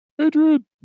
Adrian